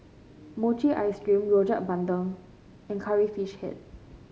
Mochi Ice Cream Rojak Bandung and Curry Fish Head